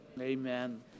Amen